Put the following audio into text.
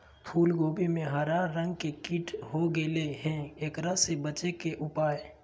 फूल कोबी में हरा रंग के कीट हो गेलै हैं, एकरा से बचे के उपाय?